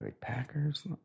Packers